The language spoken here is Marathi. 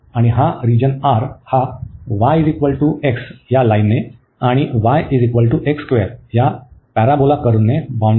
आणि हा रिजन R हा y x या लाईनने आणि या कर्व्हने बाउंडेड आहे